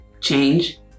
change